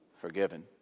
forgiven